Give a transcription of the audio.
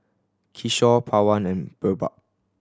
Kishore Pawan and Birbal